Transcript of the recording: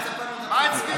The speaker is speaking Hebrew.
מה היה בשבת?